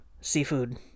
seafood